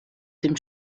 dem